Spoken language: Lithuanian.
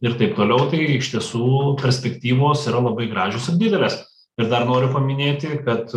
ir taip toliau tai iš tiesų perspektyvos yra labai gražios ir didelės ir dar noriu paminėti kad